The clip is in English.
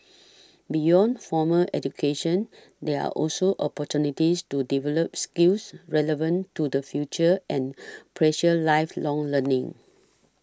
beyond formal education there are also opportunities to develop skills relevant to the future and pursue lifelong learning